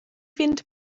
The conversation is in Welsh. fynd